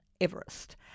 Everest